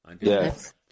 Yes